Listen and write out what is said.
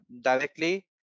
directly